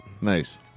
Nice